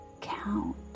count